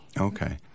Okay